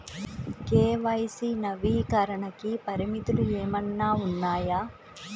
KYC నవీకరణకి పరిమితులు ఏమన్నా ఉన్నాయా?